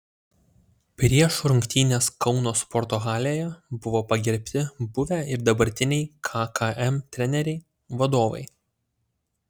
prieš rungtynes kauno sporto halėje buvo pagerbti buvę ir dabartiniai kkm treneriai vadovai